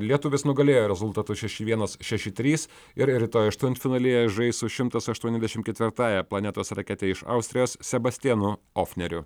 lietuvis nugalėjo rezultatu šeši vienas šeši trys ir rytoj aštuntfinalyje žais su šimtas aštuoniasdešimt ketvirtąja planetos rakete iš austrijos sebastianu ofneriu